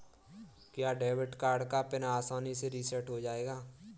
क्या debit card का PIN आसानी से रीसेट हो जाएगा?